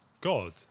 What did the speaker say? God